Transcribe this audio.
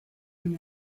than